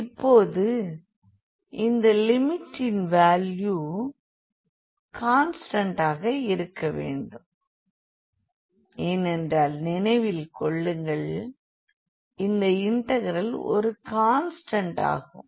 இப்போது இந்த லிமிட்டின் வேல்யூ கான்ஸ்டண்டாக இருக்கவேண்டும் ஏனென்றால் நினைவில் கொள்ளுங்கள் இந்த இன்டெகிரல் ஒரு கான்ஸ்டண்ட் ஆகும்